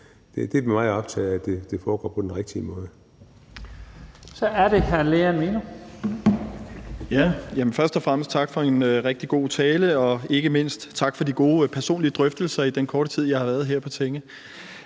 Jensen): Så er det hr. Lean Milo. Kl. 12:52 Lean Milo (M): Først og fremmest tak for en rigtig god tale, og ikke mindst tak for de gode personlige drøftelser i den korte tid, jeg har været her på tinge.